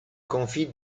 confie